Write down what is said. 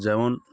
যেমন